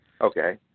Okay